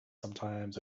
sometimes